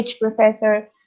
professor